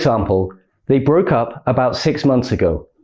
example they broke up about six months ago